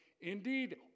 indeed